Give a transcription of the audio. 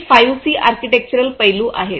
हे 5 C architectural पैलू आहेत